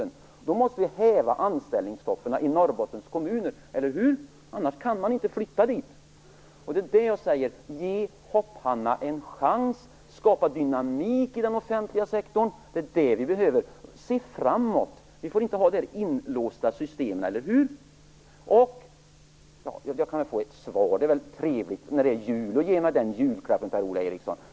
För att det skall bli möjligt måste vi häva anställningsstoppen i Norrbottens kommuner, eller hur? Annars kan man inte flytta dit. Det är det jag säger: Ge Hopp-Hanna en chans! Skapa dynamik i den offentliga sektorn - det är det vi behöver. Se framåt! Vi får inte ha så inlåsta system, eller hur? Jag kan väl få svar på mina frågor, nu när det är jul. Ge mig den julklappen, Per-Ola Eriksson!